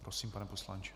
Prosím, pane poslanče.